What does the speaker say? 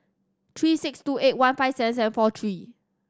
three six two eight one five seven seven four three